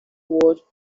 ward